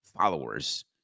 followers